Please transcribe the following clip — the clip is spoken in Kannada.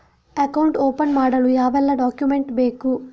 ಅಕೌಂಟ್ ಓಪನ್ ಮಾಡಲು ಯಾವೆಲ್ಲ ಡಾಕ್ಯುಮೆಂಟ್ ಬೇಕು?